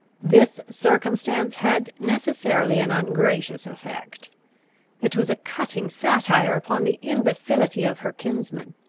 this circumstance had necessarily an ungracious effect it was a cutting satire upon the imbecility of her kinsman.